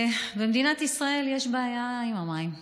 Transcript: במדינת ישראל יש בעיה עם המים.